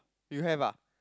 you have ah